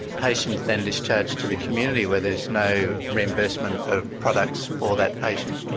patients then discharge to the community where there is no reimbursement of products for that patient.